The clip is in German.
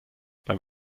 beim